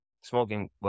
smoking